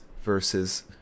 versus